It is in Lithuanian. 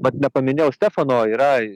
vat nepaminėjau stefano yra